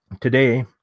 today